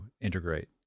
integrate